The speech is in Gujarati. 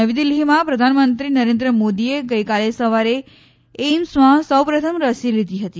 નવી દિલ્હીમાં પ્રધાનમંત્રી નરેન્દ્ર મોદીએ ગઇકાલે સવારે એઇમ્સમાં સૌપ્રથમ રસી લીધી હતી